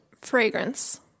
Fragrance